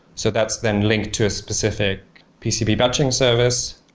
so that's then linked to a specific pcb vouching service.